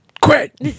Quit